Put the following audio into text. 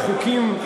אתה נזעק על חוקים,